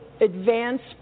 advanced